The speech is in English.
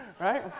right